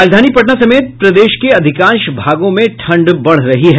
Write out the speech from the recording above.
राजधानी पटना समेत प्रदेश के अधिकांश भागों में ठंड बढ़ रही है